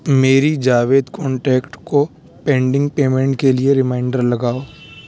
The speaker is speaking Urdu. میری جاوید کانٹیکٹ کو پینڈنگ پیمنٹ کے لیے ریمائنڈر لگاؤ